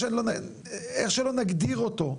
איך שלא נגדיר אותו,